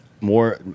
More